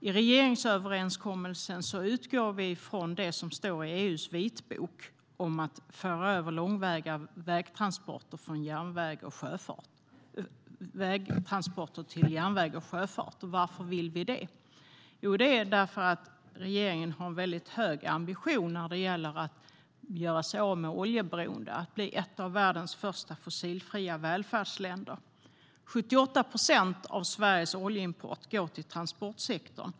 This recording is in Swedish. I regeringsöverenskommelsen utgår vi från det som står i EU:s vitbok om att föra över långväga vägtransporter till järnväg och sjöfart. Och varför vill vi det? Jo, det är därför att regeringen har en hög ambition när det gäller att göra sig av med oljeberoendet och bli ett av världens första fossilfria välfärdsländer. 78 procent av Sveriges oljeimport går till transportsektorn.